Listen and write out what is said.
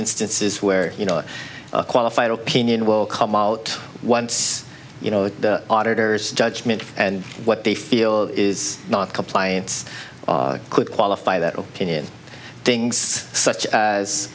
instances where you know a qualified opinion will come out once you know that auditors judgment and what they feel is not compliance could qualify that opinion things such as